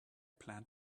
plan